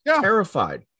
terrified